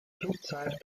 flugzeit